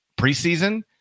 preseason